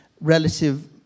relative